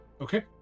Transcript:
Okay